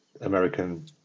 American